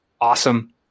Awesome